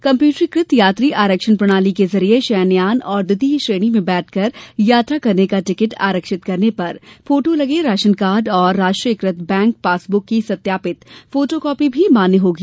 कम्प्यूटरीकृत यात्री आरक्षण प्रणाली के जरिये शयनयान और द्वितीय श्रेणी में बैठकर यात्रा करने का टिकट आरक्षित करने पर फोटो लगे राशन कार्ड और राष्ट्रीयकृत बैंक पासबुक की सत्यापित फोटोकॉपी भी मान्य होंगी